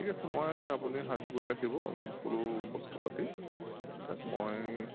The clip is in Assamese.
ঠিক আছে মই আপুনি সাজু কৰি ৰাখিব সকলো বস্তু পাতি বাহানিবিলাক মই